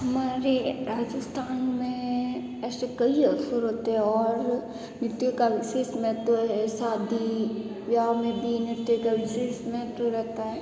हमारे राजस्थान ऐसे कई असुर होते है और नृत्य का विशेष महत्व है शादी विवाह में भी नृत्य का विशेष महत्व रहता है